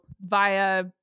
via